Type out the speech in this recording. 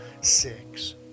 Six